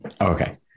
Okay